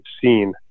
seen